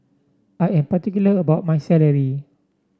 I am particular about my satay